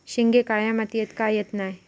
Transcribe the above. शेंगे काळ्या मातीयेत का येत नाय?